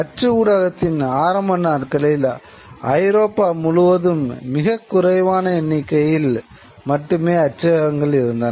அச்சு ஊடகத்தின் ஆரம்ப நாட்களில் ஐரோப்பா முழுவதும் மிகக் குறைவான எண்ணிக்கையில் மட்டுமே அச்சகங்கள் இருந்தன